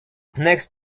next